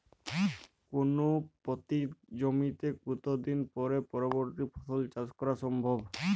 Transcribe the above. কোনো পতিত জমিতে কত দিন পরে পরবর্তী ফসল চাষ করা সম্ভব?